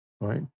Right